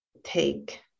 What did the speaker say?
take